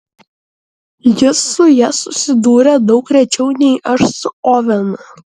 jis su ja susidūrė daug rečiau nei aš su ovenu